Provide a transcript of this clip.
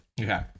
Okay